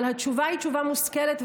אבל התשובה היא תשובה מושכלת.